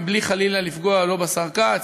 בלי חלילה לפגוע לא בשר כץ,